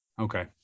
okay